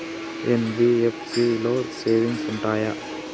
NBFC లో savings ఉంటయా?